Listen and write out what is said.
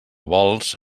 vols